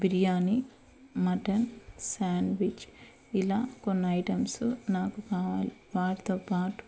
biryani mutton sandwich ఇలా కొన్ని items నాకు కావాలి వాటితో పాటు